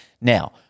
Now